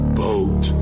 boat